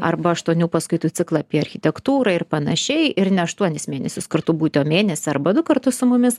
arba aštuonių paskaitų ciklą apie architektūrą ir panašiai ir ne aštuonis mėnesius kartu būtį o mėnesį arba du kartu su mumis